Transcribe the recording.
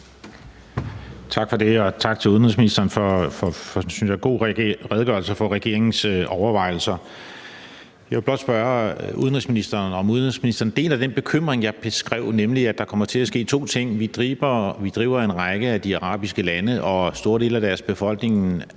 Tak for det, og tak til udenrigsministeren for, synes jeg, en god redegørelse for regeringens overvejelser. Jeg vil blot spørge udenrigsministeren, om udenrigsministeren deler den bekymring, jeg beskrev, nemlig at der kommer til at ske to ting: Vi driver en række af de arabiske lande og store dele af deres befolkninger